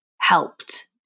Helped